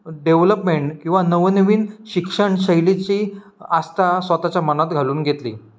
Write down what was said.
development किंवा नवनवीन शिक्षण शैलीची आस्था स्वतःच्या मनात घालून घेतली